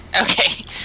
Okay